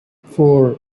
four